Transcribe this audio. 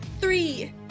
three